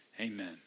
Amen